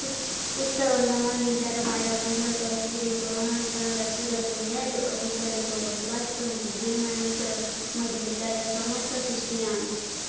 ଉତ୍ତର ଆଣ୍ଡାମାନ ଜିଲ୍ଲାର ମାୟାବନ୍ଦର ତହସିଲରେ କରେନ୍ ଜନଜାତିର ରୁ ଅଧିକ ଲୋକ ବସବାସ କରନ୍ତି ଯେଉଁମାନଙ୍କ ମଧ୍ୟରୁ ପ୍ରାୟ ସମସ୍ତେ ଖ୍ରୀଷ୍ଟିଆନ